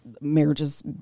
marriages